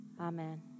Amen